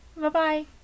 Bye-bye